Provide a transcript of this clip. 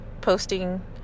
posting